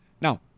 Now